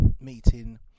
meeting